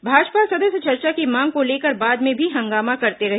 भाजपा सदस्य चर्चा की मांग को लेकर बाद में भी हंगामा करते रहे